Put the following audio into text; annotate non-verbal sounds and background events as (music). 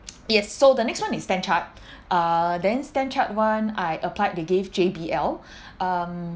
yes so the next one is stanchart (breath) uh then stanchart [one] I applied they gave J_B_L (breath) um